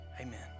amen